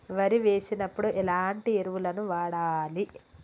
వరి వేసినప్పుడు ఎలాంటి ఎరువులను వాడాలి?